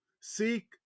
seek